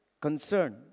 Concern